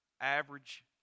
average